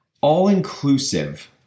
All-inclusive